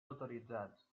autoritzats